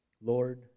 Lord